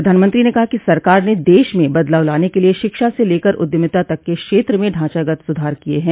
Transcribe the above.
प्रधानमंत्री ने कहा कि सरकार ने देश में बदलाव लाने के लिए शिक्षा से लेकर उद्यमिता तक के क्षेत्र में ढांचागत सुधार किए हैं